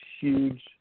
huge